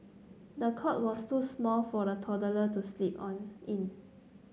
the cot was too small for the toddler to sleep on in